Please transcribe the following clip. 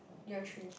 year three